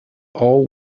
all